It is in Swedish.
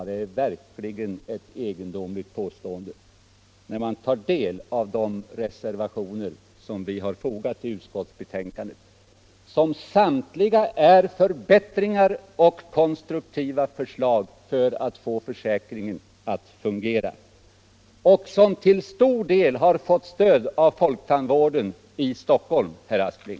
Det är verkligen ett egendomligt påstående. De reservationer som har fogats till utskottsbetänkandet är samtliga förbättringar och konstruktiva förslag för att få försäkringen att fungera. De har till stor del fått stöd av folktandvården i Stockholm, herr Aspling.